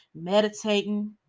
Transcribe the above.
meditating